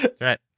Right